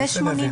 אני רוצה להבין.